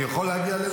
אני יכול להגיע לזה?